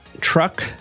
truck